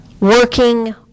working